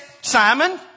Simon